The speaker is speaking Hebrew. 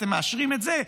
אתם מאשרים את זה,